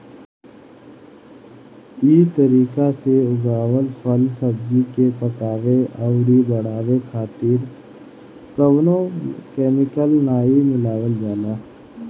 इ तरीका से उगावल फल, सब्जी के पकावे अउरी बढ़ावे खातिर कवनो केमिकल नाइ मिलावल जाला